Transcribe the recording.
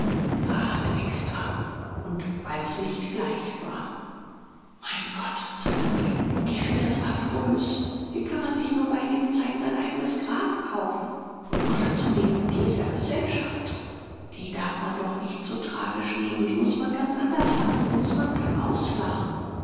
grad extra und weil's nicht gleich war mein gott sagte olly ich finde das affrös wie kann man sich nur bei lebzeiten sein eigenes grab kaufen und noch dazu neben dieser gesellschaft die darf man doch nicht so tragisch nehmen die muß man ganz anders fassen die muß man auslachen